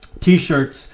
t-shirts